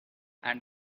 and